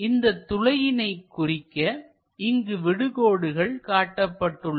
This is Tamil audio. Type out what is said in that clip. இந்த துளையினை குறிக்க இங்கு விடு கோடுகள் காட்டப்பட்டுள்ளன